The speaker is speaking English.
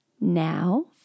Now